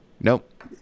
nope